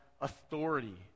authority